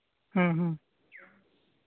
ᱦᱮᱸ ᱦᱮᱸ